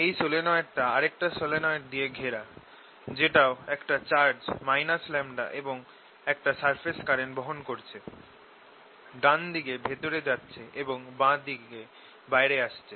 এই সলিনয়েডটা আরেকটা সলিনয়েড দিয়ে ঘেরা যেটাও একটা চার্জ λ এবং একটা সারফেস কারেন্ট বহন করছে ডান দিকে ভেতরে যাচ্ছে এবং বাঁ দিকে বাইরে আসছে